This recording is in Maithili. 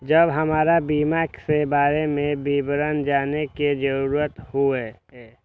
जब हमरा बीमा के बारे में विवरण जाने के जरूरत हुए?